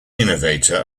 innovator